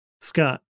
Scott